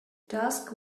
dusk